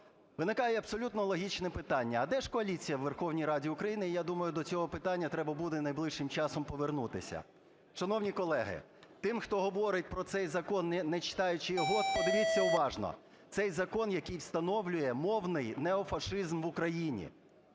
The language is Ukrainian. Виникає абсолютно логічне питання: а де ж коаліція у Верховній Раді України? Я думаю, до цього питання треба буде найближчим часом повернутися. Шановні колеги, тим, хто говорить про цей закон, не читаючи його, подивіться уважно, цей закон, який встановлює "мовний неофашизм" в Україні.